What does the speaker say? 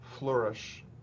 flourish